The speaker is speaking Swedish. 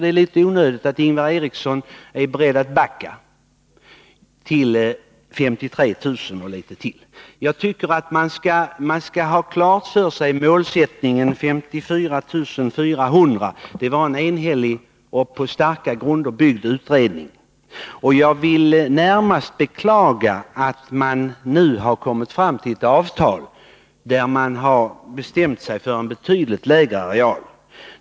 Det var onödigt av Ingvar Eriksson att säga sig vara beredd att backa till 53 000 och litet mer. Man skall ha klart för sig att målsättningen är 54 400 hektar. Det var en enhällig utrednings bedömning, baserad på starka grunder. Jag vill närmast beklaga att man nu kommit fram till ett avtal där man bestämt sig för betydligt mindre areal.